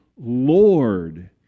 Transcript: Lord